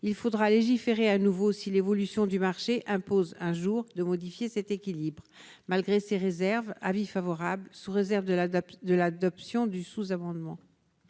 il faudra légiférer à nouveau si l'évolution du marché impose un jour de modifier cet équilibre malgré ces réserves, avis favorable sous réserve de l'adapter, de l'adoption du sous-amendement.